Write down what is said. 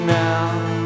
now